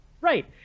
right